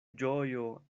ĝojo